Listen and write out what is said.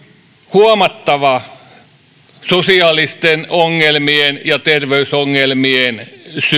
huomattava sosiaalisten ongelmien ja terveysongelmien syy